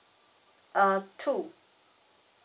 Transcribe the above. uh true